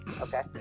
okay